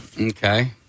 Okay